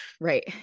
Right